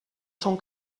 són